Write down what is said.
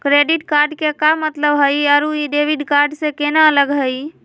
Credit card के का मतलब हई अरू ई डेबिट कार्ड स केना अलग हई?